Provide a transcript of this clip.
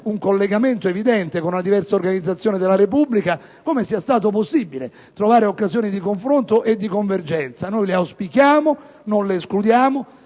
un collegamento evidente con una diversa organizzazione della Repubblica, come sia stato possibile trovare occasioni di confronto e di convergenza. Noi le auspichiamo, non le escludiamo,